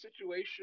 situation